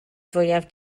fwyaf